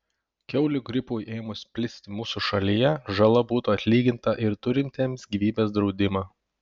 kiaulių gripui ėmus plisti mūsų šalyje žala būtų atlyginta ir turintiems gyvybės draudimą